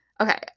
Okay